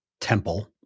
temple